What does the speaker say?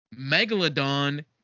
Megalodon